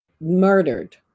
murdered